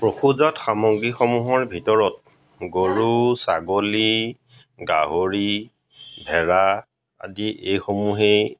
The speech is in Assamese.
পশুজাত সামগ্ৰীসমূহৰ ভিতৰত গৰু ছাগলী গাহৰি ভেৰা আদি এইসমূহেই